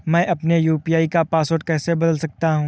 मैं अपने यू.पी.आई का पासवर्ड कैसे बदल सकता हूँ?